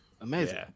Amazing